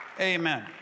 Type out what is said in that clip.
Amen